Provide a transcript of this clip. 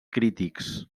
crítics